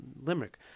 Limerick